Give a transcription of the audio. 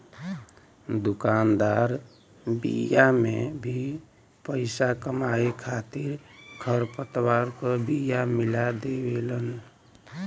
दुकानदार बिया में भी पईसा कमाए खातिर खरपतवार क बिया मिला देवेलन